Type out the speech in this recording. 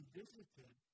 visited